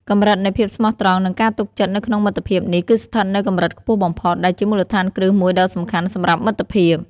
កម្រិតនៃភាពស្មោះត្រង់និងការទុកចិត្តនៅក្នុងមិត្តភាពនេះគឺស្ថិតនៅកម្រិតខ្ពស់បំផុត ដែលជាមូលដ្ឋានគ្រឹះមួយដ៏សំខាន់សម្រាប់មិត្តភាព។